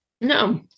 no